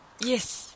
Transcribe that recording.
Yes